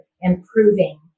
improving